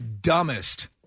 dumbest